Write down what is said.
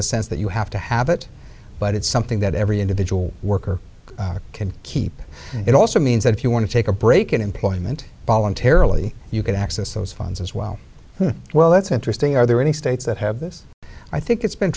the sense that you have to have it but it's something that every individual worker can keep it also means that if you want to take a break in employment voluntarily you can access those funds as well well that's interesting are there any states that have this i think it's been